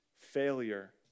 failure